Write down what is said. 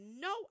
no